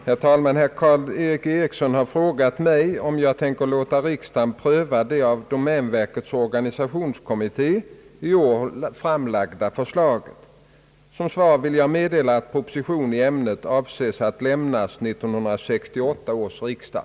Herr talman! Herr Karl-Erik Eriksson har frågat mig om jag tänker låta riksdagen pröva det av domänverkets organisationskommitté i år framlagda förslaget. Som svar vill jag meddela att proposition i ämnet avses lämnas 1968 års riksdag.